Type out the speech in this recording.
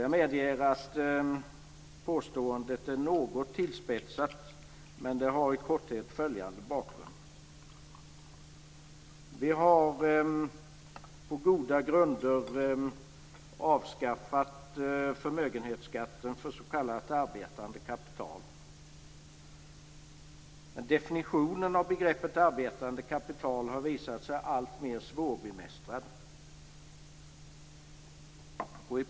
Jag medger att påståendet är något tillspetsat, men det har i korthet följande bakgrund: Vi har på goda grunder avskaffat förmögenhetsskatten för s.k. arbetande kapital. Definitionen av begreppet arbetande kapital har visat sig alltmer svårbemästrad.